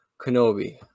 Kenobi